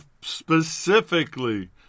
specifically